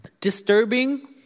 disturbing